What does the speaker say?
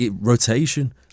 rotation